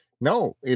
No